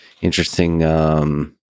interesting